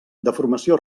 deformació